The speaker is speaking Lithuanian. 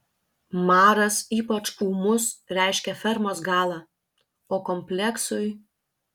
maras ypač ūmus reiškia fermos galą o kompleksui